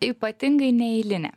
ypatingai neeilinė